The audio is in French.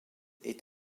est